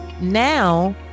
now